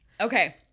Okay